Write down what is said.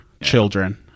children